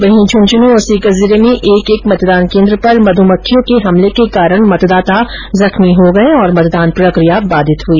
वहीं झुंझुनू और सीकर जिले में एक एक मतदान केन्द्र पर मध्मक्खियों के हमले के कारण मतदाता जख्मी हो गए और मतदान प्रकिया बाधित हुई